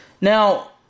Now